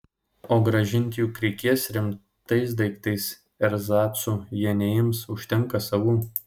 o grąžinti juk reikės rimtais daiktais erzacų jie neims užtenka savų